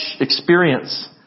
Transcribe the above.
experience